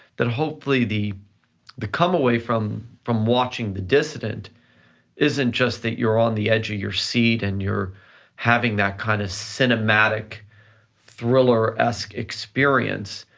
that hopefully the the come away from from watching, the dissident isn't just that you're on the edge of your seat and you're having that kind of cinematic thriller esque experience,